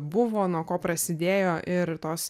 buvo nuo ko prasidėjo ir tos